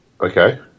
okay